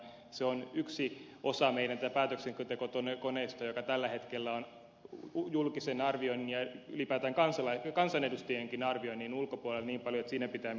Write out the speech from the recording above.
se on yksi osa meidän tätä päätöksentekokoneistoa joka tällä hetkellä on julkisen arvioinnin ja ylipäätään kansanedustajienkin arvioinnin ulkopuolella niin paljon että siinä pitää miettiä ratkaisuja